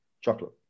chocolate